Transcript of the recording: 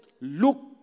look